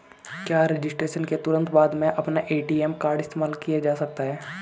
क्या रजिस्ट्रेशन के तुरंत बाद में अपना ए.टी.एम कार्ड इस्तेमाल किया जा सकता है?